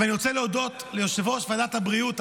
ואני רוצה להודות ליושב-ראש ועדת הבריאות,